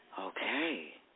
Okay